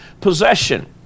possession